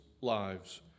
lives